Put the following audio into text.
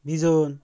নিজন